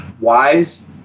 wise